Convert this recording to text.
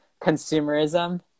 consumerism